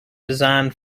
designed